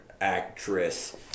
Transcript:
actress